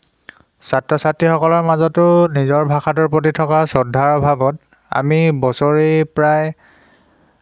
ছাত্ৰ ছাত্ৰীসকলৰ মাজতো নিজৰ ভাষাটোৰ প্ৰতি থকা শ্ৰদ্ধাৰ ভাৱত আমি বছৰি প্ৰায়